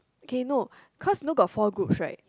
okay no cause you know got four groups right